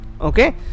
Okay